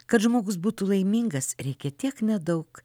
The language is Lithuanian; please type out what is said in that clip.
kad žmogus būtų laimingas reikia tiek nedaug